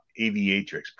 Aviatrix